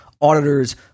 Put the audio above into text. auditors